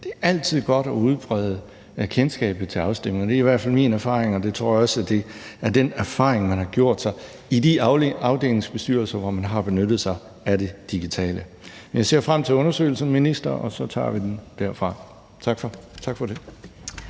Det er altid godt at udbrede kendskabet til afstemninger, og det er i hvert fald min erfaring, og det tror jeg også er den erfaring, man har gjort sig i de afdelingsbestyrelser, hvor man har benyttet sig af det digitale. Men jeg ser frem til undersøgelsen, minister, og så tager vi den derfra. Tak for det.